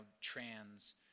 trans